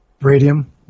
Radium